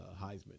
Heisman